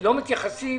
לא מתייחסים.